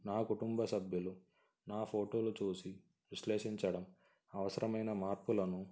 నా కుటుంబ సభ్యులు నా ఫోటోలు చూసి విశ్లేషించడం అవసరమైన మార్పులను